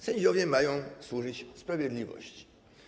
Sędziowie mają służyć sprawiedliwości.